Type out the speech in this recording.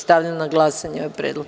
Stavljam na glasanje ovaj predlog.